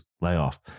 layoff